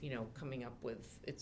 you know coming up with its